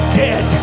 dead